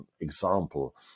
example